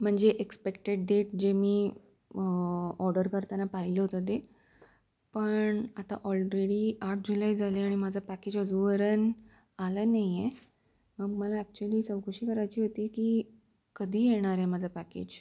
म्हणजे expected date जे मी ऑर्डर करताना पाहिलं होतं ते पण आता ऑलरेडी आठ जुलै झाले आणि माझा पॅकेज अजूवरून आलं नाही आहे मग मला ॲक्चुअली चौकशी करायची होती की कधी येणार आहे माझा पॅकेज